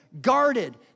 guarded